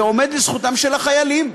זה עומד לזכותם של החיילים.